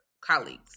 colleagues